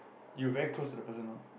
you very close to the person loh